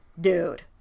dude